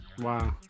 Wow